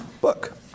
book